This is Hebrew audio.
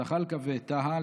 זחאלקה וטאהא,